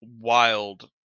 wild